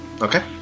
Okay